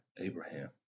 Abraham